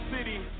City